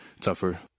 tougher